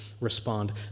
respond